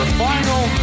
final